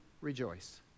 rejoice